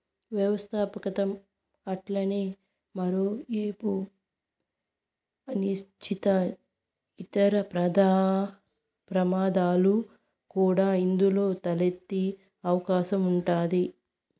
వ్యవస్థాపకతం అట్లనే మరో ఏపు అనిశ్చితి, ఇతర ప్రమాదాలు కూడా ఇందులో తలెత్తే అవకాశం ఉండాది